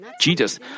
Jesus